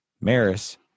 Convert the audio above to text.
Maris